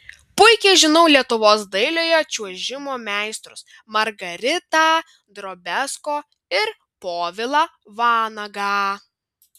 puikiai žinau lietuvos dailiojo čiuožimo meistrus margaritą drobiazko ir povilą vanagą